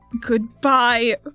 Goodbye